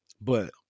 but-